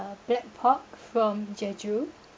black pork from jeju